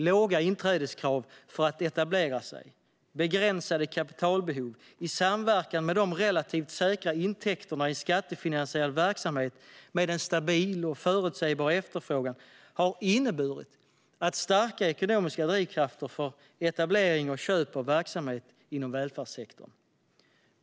Låga inträdeskrav för att etablera sig och begränsade kapitalbehov i samverkan med de relativt säkra intäkterna i en skattefinansierad verksamhet med en stabil och förutsägbar efterfrågan har inneburit starka ekonomiska drivkrafter för etablering och köp av verksamhet inom välfärdssektorn.